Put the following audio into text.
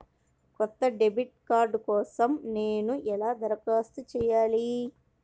కొత్త debit card కోసం నేను ఎలా దరఖాస్తు చేయాలి?